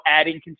adding